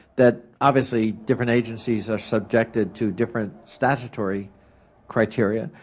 that obviously different agencies are subjected to different statutory criteria,